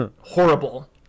horrible